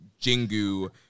jingu